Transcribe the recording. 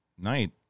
night